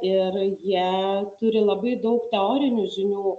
ir jie turi labai daug teorinių žinių